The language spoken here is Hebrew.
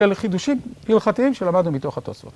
‫אלה חידושים הלכתיים ‫שלמדנו מתוך התוספות.